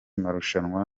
marushanwa